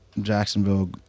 Jacksonville